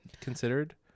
considered